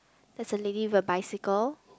there's a lady with a bicycle